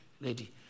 lady